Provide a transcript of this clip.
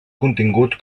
contingut